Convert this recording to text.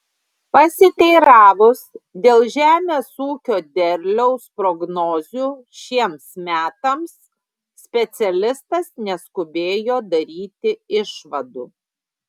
pasiteiravus dėl žemės ūkio derliaus prognozių šiems metams specialistas neskubėjo daryti išvadų